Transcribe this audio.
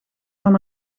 van